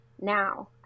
now